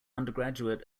undergraduate